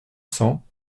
cents